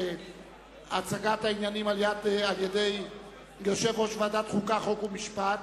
הודעת ועדת החוקה, חוק ומשפט